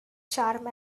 charm